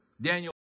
Daniel